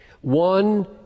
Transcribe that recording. one